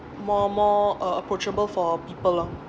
more more uh approachable for people lor